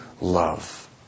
love